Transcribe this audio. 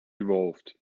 evolved